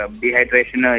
dehydration